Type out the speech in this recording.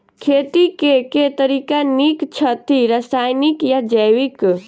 खेती केँ के तरीका नीक छथि, रासायनिक या जैविक?